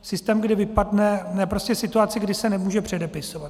Systém, kdy vypadne, ne prostě situaci, kdy se nemůže předepisovat.